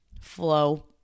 flow